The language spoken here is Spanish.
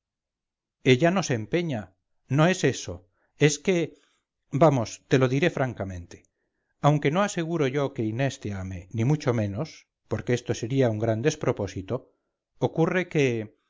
ella no se empeña no es eso es que vamos te lo diré francamente aunque no aseguro yo que inés te ame ni mucho menos porque esto sería un gran despropósito ocurre que